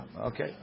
Okay